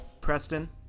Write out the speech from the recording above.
Preston